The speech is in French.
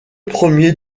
premiers